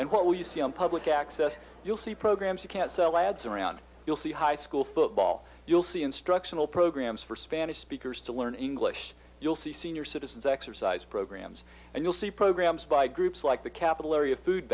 and what we see on public access you'll see programs you can't sell ads around you'll see high school football you'll see instructional programs for spanish speakers to learn english you'll see senior citizens exercise programs and you'll see programs by groups like the capital area food